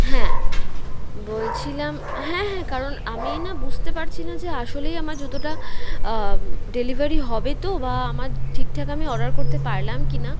হ্যাঁ বলছিলাম হ্যাঁ হ্যাঁ কারণ আমি না বুঝতে পারছি না যে আসলেই আমার জুতোটা ডেলিভারি হবে তো বা আমার ঠিকঠাক আমি অর্ডার করতে পারলাম কি না